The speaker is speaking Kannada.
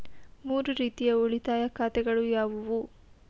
ಮೂರು ರೀತಿಯ ಉಳಿತಾಯ ಖಾತೆಗಳು ಯಾವುವು?